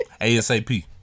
ASAP